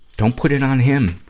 don't put it on him,